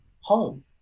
home